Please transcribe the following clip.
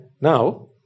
Now